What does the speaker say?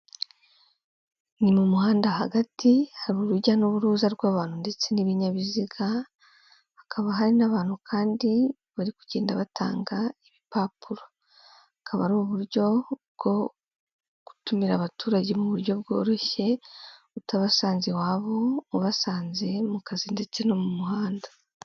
Ni mu muhanda hagati hari urujya n'uruza rw'abantu ndetse n'ibinyabiziga, hakaba hari n'abantu kandi bari kugenda batanga ibipapuro. Akaba ari uburyo bwo gutumira abaturage mu buryo bworoshye utabasanze iwabo ubasanze mu kazi ndetse no mu muhanda.